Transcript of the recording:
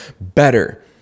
better